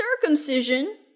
circumcision